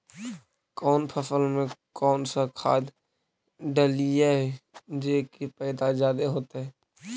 कौन फसल मे कौन सा खाध डलियय जे की पैदा जादे होतय?